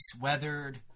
weathered